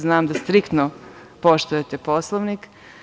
Znam da striktno poštujte Poslovnik.